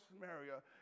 Samaria